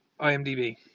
IMDb